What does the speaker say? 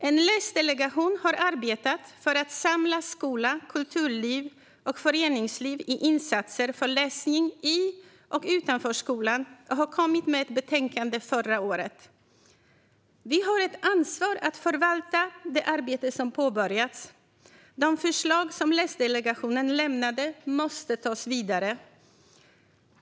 En läsdelegation har arbetat för att samla skola, kulturliv och föreningsliv i insatser för läsning i och utanför skolan. Läsdelegationen kom med ett betänkande förra året. Vi har ett ansvar att förvalta det arbete som påbörjats. De förslag som Läsdelegationen lämnade måste tas vidare.